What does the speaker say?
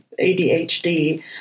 ADHD